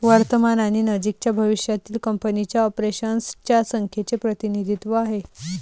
वर्तमान आणि नजीकच्या भविष्यातील कंपनीच्या ऑपरेशन्स च्या संख्येचे प्रतिनिधित्व आहे